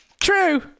true